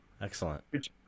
Excellent